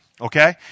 okay